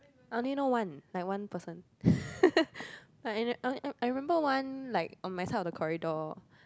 I only know one like one person but I I I remember one like on my side of the corridor